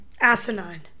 Asinine